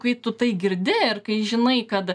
kai tu tai girdi ir kai žinai kad